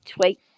tweet